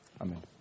Amen